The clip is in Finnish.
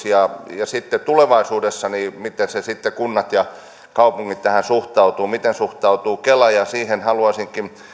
ja miten sitten tulevaisuudessa kunnat ja kaupungit tähän suhtautuvat miten suhtautuu kela siitä haluaisinkin